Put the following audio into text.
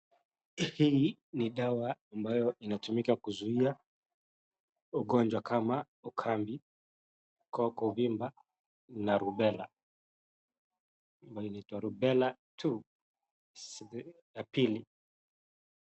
Hii ni dawa ambayo inatumika kuzuia ugonjwa kama ukambi, koo kuvimba na rubela, ambayo inaitwa Rubela Two .